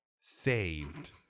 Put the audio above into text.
saved